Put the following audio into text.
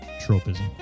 Tropism